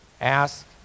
Ask